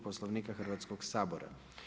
Poslovnika Hrvatskog sabora.